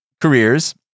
careers